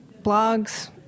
blogs